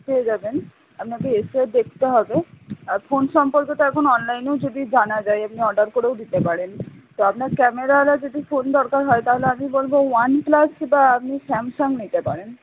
পেয়ে যাবেন আপনাকে এসে দেখতে হবে আর ফোন সম্পর্কে তো এখন অনলাইনেও যদি জানা যায় আপনি অর্ডার করেও দিতে পারেন তো আপনার ক্যামেরাওয়ালা যদি ফোন দরকার হয় তাহলে আমি বলবো ওয়ানপ্লাস বা আপনি স্যামসং নিতে পারেন